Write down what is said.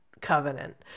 covenant